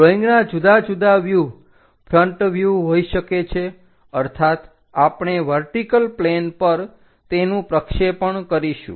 ડ્રોઈંગના જુદા જુદા view front view હોય શકે છે અર્થાત આપણે વર્ટીકલ પ્લેન પર તેનું પ્રક્ષેપણ કરીશું